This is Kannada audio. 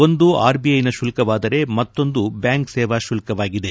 ಒಂದು ಆರ್ ಬಿಐನ ಶುಲ್ತವಾದರೆ ಮತ್ತೊಂದು ಬ್ಕಾಂಕ್ ಸೇವಾ ಶುಲ್ಕವಾಗಿದೆ